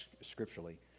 scripturally